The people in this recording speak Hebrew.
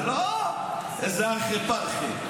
לא איזה ארחי-פרחי,